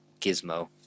Gizmo